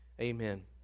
Amen